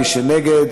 מי שנגד,